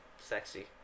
Sexy